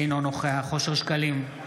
אינו נוכח אושר שקלים,